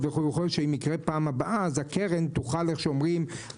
אנחנו נמצאים בבעיה קשה ביותר שאותם חברות